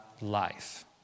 life